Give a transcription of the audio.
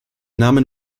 namen